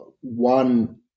one